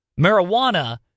marijuana